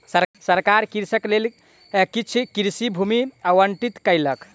सरकार कृषकक लेल किछ कृषि भूमि आवंटित केलक